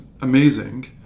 amazing